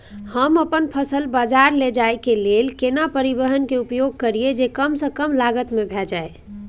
हम अपन फसल बाजार लैय जाय के लेल केना परिवहन के उपयोग करिये जे कम स कम लागत में भ जाय?